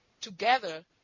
together